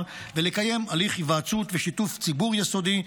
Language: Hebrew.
ולקיים הליך היוועצות ושיתוף ציבור יסודי,